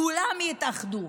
כולם יתאחדו.